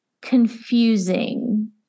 confusing